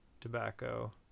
tobacco